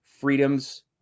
freedoms